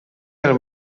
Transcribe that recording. del